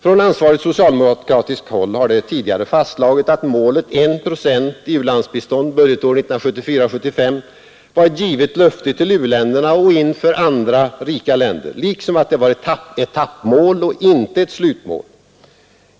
Från ansvarigt socialdemokratiskt håll har det tidigare fastslagits att målet 1 procent i u-landsbistånd budgetåret 1974/75 var ett givet löfte till u-länderna och inför andra rika länder, liksom det också var ett etappmål och inte ett slutmål.